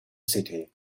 city